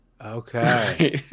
Okay